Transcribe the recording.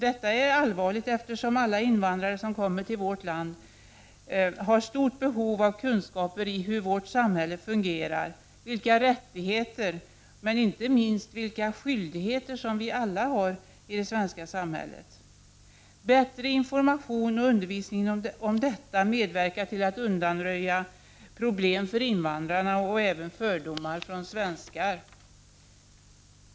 Detta är allvarligt, eftersom alla invandrare som kommer till vårt land har stort behov av kunskaper i hur vårt samhälle fungerar och vilka rättigheter, men inte minst vilka skyldigheter, vi alla har i det svenska samhället. En bättre infor 7 mation och undervisning om detta medverkar till att undanröja problem för invandrarna, men även till att undanröja fördomar hos svenskar.